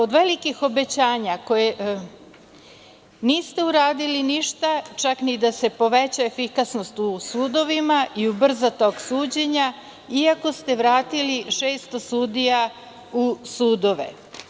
Od velikih obećanja, niste uradili ništa, čak ni da se poveća efikasnost u sudovima i ubrza tok suđenja, iako ste vratili 600 sudija u sudove.